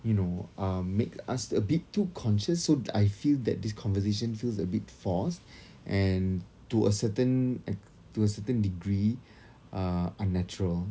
you know uh make us a bit too conscious so I feel that this conversation feels a bit forced and to a certain and to a certain degree uh unnatural